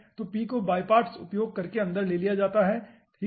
तो P को by parts उपयोग करके अंदर ले लिया जाता है ठीक है